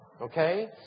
Okay